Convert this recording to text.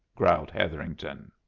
growled hetherington.